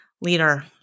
leader